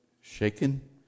shaken